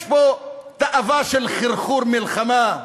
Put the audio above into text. יש פה תאווה לחרחור מלחמה,